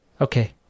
Okay